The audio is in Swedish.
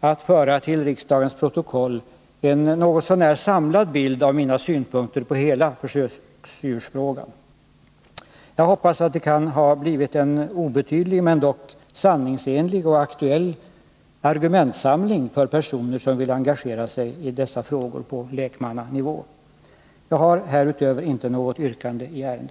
att föra till riksdagens protokoll en något så när samlad bild av mina synpunkter på hela försöksdjursfrågan. Jag hoppas att det kan ha blivit en obetydlig men dock sanningsenlig och aktuell argumentsamling för personer som vill engagera sig i dessa frågor på lekmannanivå. Jag har härutöver inte något yrkande i ärendet.